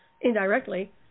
indirectly